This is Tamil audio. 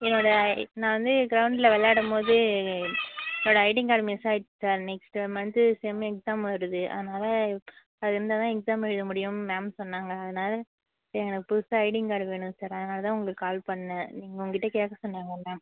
என்னோடய நான் வந்து கிரவுண்டில் விளாடும்போது என்னோடய ஐடிங் கார்டு மிஸ்ஸாகிடுச்சி sir next month sem exam வருது அதனால் அது இருந்தால் தான் எக்ஸாம் எழுத முடியும்னு மேம் சொன்னாங்க அதனால எனக்கு புதுசாக ஐடிங் கார்டு வேணும் சார் அதனால் தான் உங்களுக்கு கால் பண்ணேன் நீங்கள் உங்கள்கிட்ட கேட்க சொன்னாங்க மேம்